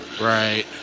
Right